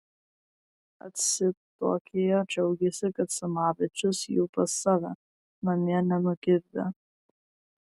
atsitokėję džiaugėsi kad samavičius jų pas save namie nenugirdė